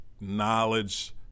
knowledge